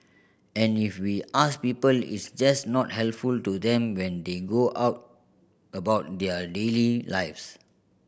and if we ask people it's just not helpful to them when they go out about their daily lives